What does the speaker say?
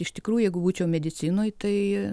iš tikrųjų jeigu būčiau medicinoj tai